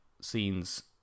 scenes